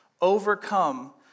overcome